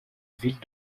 ville